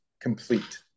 complete